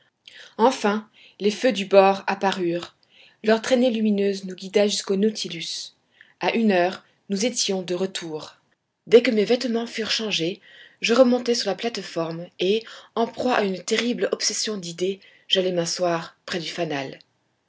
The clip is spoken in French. enfin les feux du bord apparurent leur traînée lumineuse nous guida jusqu'au nautilus a une heure nous étions de retour dès que mes vêtements furent changés je remontai sur la plate-forme et en proie à une terrible obsession d'idées j'allai m'asseoir près du fanal